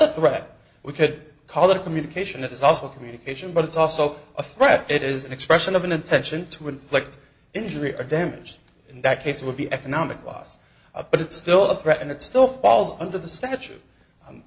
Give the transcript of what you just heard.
a threat we could call the communication it is also a communication but it's also a threat it is an expression of an intention to inflict injury or damage in that case it would be economic loss of but it's still a threat and it still falls under the statute